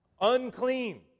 unclean